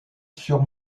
sur